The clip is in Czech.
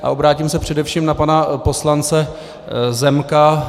A obrátím se především na pana poslance Zemka.